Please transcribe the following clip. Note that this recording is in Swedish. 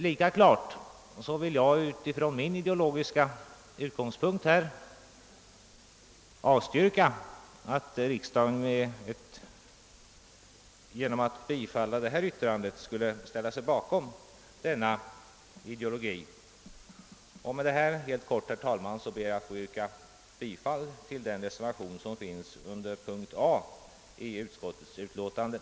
Lika klart vill jag från min ideologiska utgångspunkt avstyrka att riksdagen genom ett bifall till det föreslagna yttrandet skulle ställa sig bakom den ideologi som detta är ett uttryck för. Herr talman! Med vad jag i korthet anfört ber iag att få yrka bifall till den